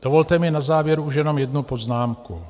Dovolte mi na závěr už jenom jednu poznámku.